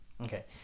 okay